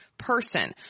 person